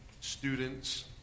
students